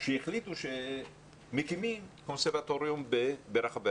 שהחליטו שמקימים קונסרבטוריונים ברחבי